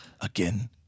again